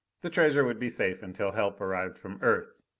the treasure would be safe until help arrived from earth.